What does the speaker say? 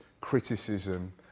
criticism